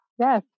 Yes